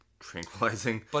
Tranquilizing